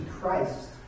Christ